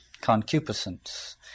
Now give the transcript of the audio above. concupiscence